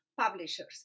Publishers